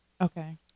Okay